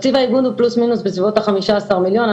תקציב האיגוד הוא פלוס מינוס בסביבות החמישה עשר מיליון.